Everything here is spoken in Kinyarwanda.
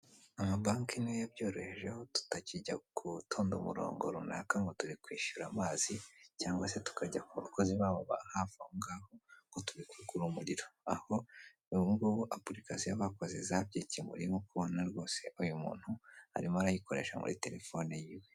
Amabanke niyo yabyoroheje aho tutakijya gutonda umurongo runaka ngo turikwishyura amazi cyangwa se tukajya ku bakozi babo ba hafi aho ngaho ngo turikugura umuriro, aho ubu ngubu apurikasiyo bakoze zabyikemuriye nk'uko ubona rwose uyu muntu arimo arayikoresha muri telefone yiwe.